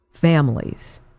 families